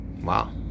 Wow